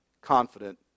confident